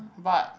but